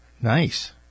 Nice